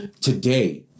today